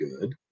good